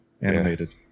Animated